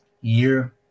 year